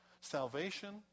salvation